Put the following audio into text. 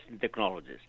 technologies